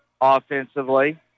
offensively